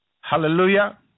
hallelujah